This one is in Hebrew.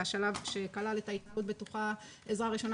והשלב שכלל את בתוכה: עזרה ראשונה